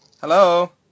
hello